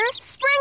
Spring